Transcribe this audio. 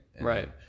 Right